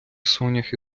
соняхи